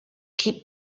keep